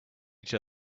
each